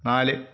നാല്